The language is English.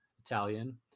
Italian